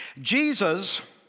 Jesus